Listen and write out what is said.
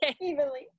evenly